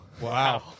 Wow